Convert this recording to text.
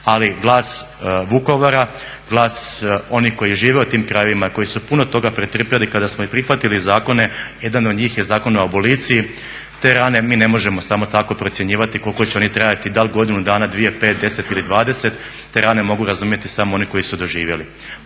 Ali glas Vukovara, glas onih koji žive u tim krajevima, koji su puno toga pretrpjeli kada smo i prihvatili zakone, jedan od njih je i Zakon o aboliciji. Te rane mi ne možemo samo tako procjenjivati koliko će oni trajati, da li godinu dana, 2, 5, 10 ili 20, te rane mogu razumjeti samo oni koji su doživjeli.